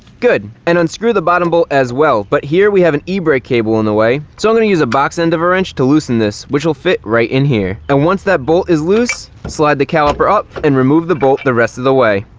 good. and unscrew the bottom bolt as well, but here we have an e-brake cable in the way. so i'm going to use a box end of a wrench to loosen this, which will fit right in here. and once that bolt is loose, slide the caliper up and remove the bolt the rest of the way.